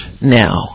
now